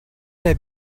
der